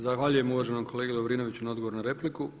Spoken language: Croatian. Zahvaljujem uvaženom kolegi Lovrinoviću na odgovoru na repliku.